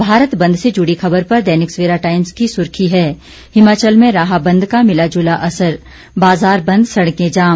भारत बंद से जुड़ी खबर पर दैनिक सवेरा टाइम्स की सुर्खी है हिमाचल में रहा बंद का मिला जुला असर बाजार बंद सड़कें जाम